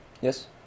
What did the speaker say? Yes